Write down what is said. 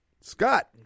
Scott